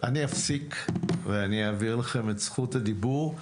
אני אפסיק ואני אעביר לכם את זכות הדיבור.